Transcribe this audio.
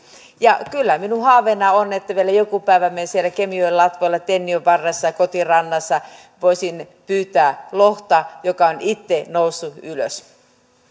ja kyllä minun haaveenani on että vielä joku päivä me siellä kemijoen latvoilla tenniön varressa kotirannassa voisimme pyytää lohta joka on itse noussut ylös